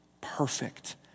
perfect